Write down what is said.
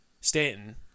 Stanton